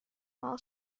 mall